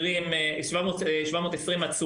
אלה תכניות עבודה ארוכות.